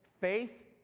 Faith